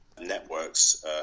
networks